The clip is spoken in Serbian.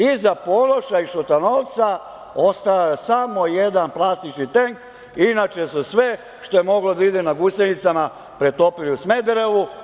Iza Ponoša i Šutanovca ostao je samo jedan plastični tenk, inače su sve što je moglo da ide na gusenicama pretopili u Smederevu.